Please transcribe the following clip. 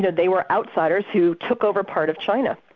they were outsiders who took over part of china,